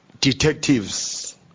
detectives